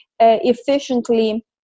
efficiently